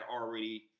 already